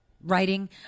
writing